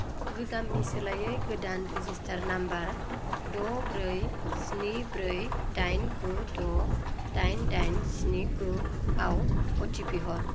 गोजामनि सोलायै गोदान रेजिस्टार नाम्बार द' ब्रै स्नि ब्रै दाइन गु द' दाइन दाइन स्नि गुआव अ टि पि हर